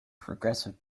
progressive